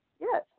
Yes